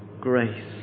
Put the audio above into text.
grace